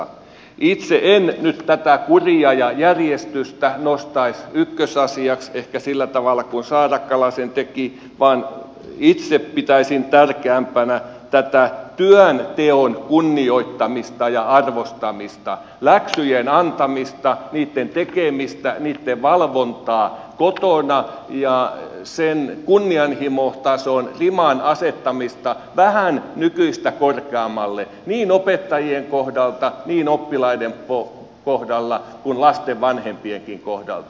itse en nyt tätä kuria ja järjestystä nostaisi ykkösasiaksi ehkä sillä tavalla kuin saarakkala sen teki vaan itse pitäisin tärkeämpänä tätä työnteon kunnioittamista ja arvostamista läksyjen antamista niitten tekemistä niitten valvontaa kotona ja sen kunnianhimotason riman asettamista vähän nykyistä korkeammalle niin opettajien kohdalta niin oppilaiden kohdalta kuin lasten vanhempienkin kohdalta